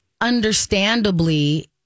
understandably